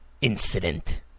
incident